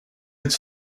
its